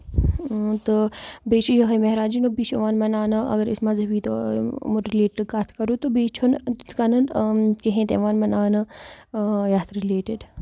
تہٕ بیٚیہِ چھُ یِہوے مہراج نبی چھُ یِوان مَناونہٕ اَگر أسۍ مَزہبی طور یِمو رِلیٹڈ کَتھ کرو تہٕ بیٚیہِ چھُ نہٕ تِتھۍ کَنۍ کِہینۍ تہِ یِوان مَناونہٕ یَتھ رِلیٹڈ